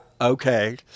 okay